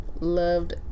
Loved